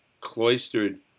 cloistered